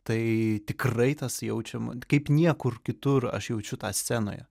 tai tikrai tas jaučiama kaip niekur kitur aš jaučiu tą scenoje